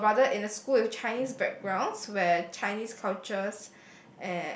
uh rather in a school with Chinese backgrounds where Chinese cultures